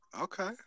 okay